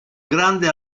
grande